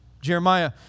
Jeremiah